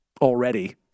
already